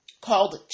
called